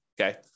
okay